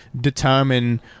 determine –